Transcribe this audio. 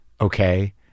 Okay